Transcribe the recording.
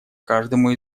каждому